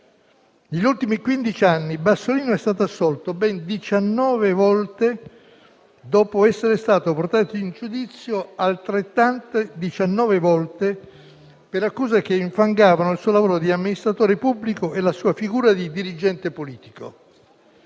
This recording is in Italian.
Negli ultimi quindici anni Bassolino è stato assolto ben 19 volte, dopo essere stato portato in giudizio altrettante 19 volte per accuse che infangavano il suo lavoro di amministratore pubblico e la sua figura di dirigente politico.